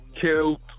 killed